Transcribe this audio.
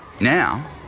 Now